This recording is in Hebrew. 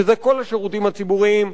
שזה כל השירותים הציבוריים,